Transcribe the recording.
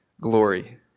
glory